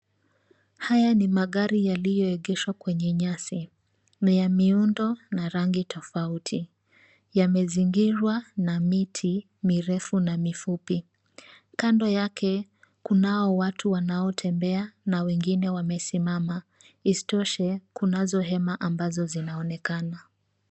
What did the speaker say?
Haya ni magari yaliyoegeshwa kwenye nyasi, ni ya miundo na rangi tofauti, yamezingirwa na miti mirefu na mifupi. Kando yake kunao watu wanatembea na wengine wamesimama, isitoshe, kunazo hema ambazo zinaonekana.